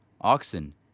oxen